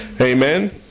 Amen